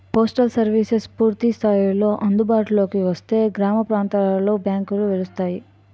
postal services పూర్తి స్థాయిలో అందుబాటులోకి వస్తే గ్రామీణ ప్రాంతాలలో బ్యాంకులు వెలుస్తాయి